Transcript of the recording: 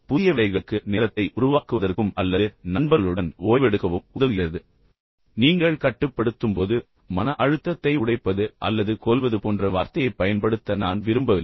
புதிய வேலைகளுக்கு நேரத்தை உருவாக்குவதற்கும் அல்லது குடும்பம் அல்லது நண்பர்களுடன் ஓய்வெடுக்கவும் உதவுகிறது நீங்கள் கட்டுப்படுத்தும்போது மன அழுத்தத்தை உடைப்பது அல்லது மன அழுத்தத்தைக் கொல்வது போன்ற வார்த்தையைப் பயன்படுத்த நான் விரும்பவில்லை